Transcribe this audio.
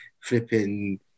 flipping